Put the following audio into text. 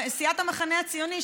סיעת המחנה הציוני,